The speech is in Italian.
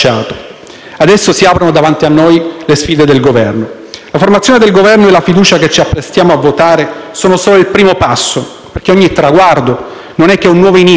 Adesso si aprono davanti a noi le sfide del Governo. La formazione del Governo e la fiducia che ci apprestiamo a votare sono solo il primo passo, perché ogni traguardo non è che un nuovo inizio.